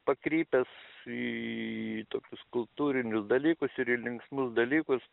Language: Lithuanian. pakrypęs į tokius kultūrinius dalykus ir į linksmus dalykus